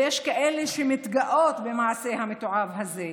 ויש כאלה שמתגאות במעשה המתועב הזה.